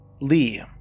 Lee